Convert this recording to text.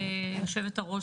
היושבת-ראש,